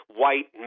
white